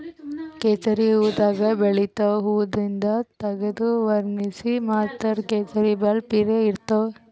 ಕೇಸರಿ ಹೂವಾದಾಗ್ ಬೆಳಿತಾವ್ ಹೂವಾದಿಂದ್ ತಗದು ವಣಗ್ಸಿ ಮಾರ್ತಾರ್ ಕೇಸರಿ ಭಾಳ್ ಪಿರೆ ಇರ್ತವ್